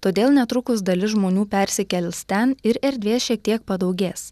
todėl netrukus dalis žmonių persikels ten ir erdvės šiek tiek padaugės